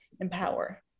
empower